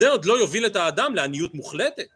‫זה עוד לא יוביל את האדם ‫לעניות מוחלטת.